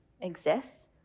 exists